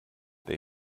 they